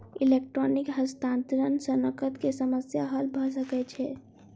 electronic हस्तांतरण सॅ नकद के समस्या हल भ सकै छै